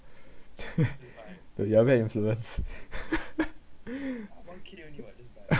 the younger influence